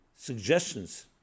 suggestions